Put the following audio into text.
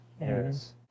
Yes